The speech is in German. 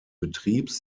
betriebs